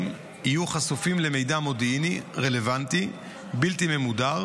יהיו חשופים למידע מודיעיני רלוונטי בלתי ממודר,